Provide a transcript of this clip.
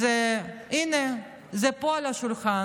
אז הינה, זה פה על השולחן.